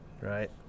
right